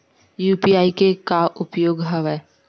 UPI के का उपयोग हवय?